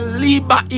liba